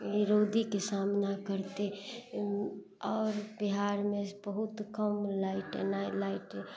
रौदीके सामना करतै आओर बिहारमे बहुत कम लाइट एनाइ लाइट